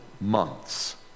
months